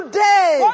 Today